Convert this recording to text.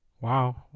Wow